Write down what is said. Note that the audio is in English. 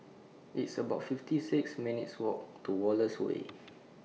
It's about fifty six minutes' Walk to Wallace Way